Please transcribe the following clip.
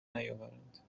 نیاورند